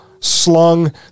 slung